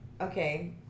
Okay